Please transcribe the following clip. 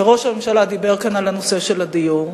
וראש הממשלה דיבר כאן על הנושא של הדיור.